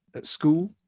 at school?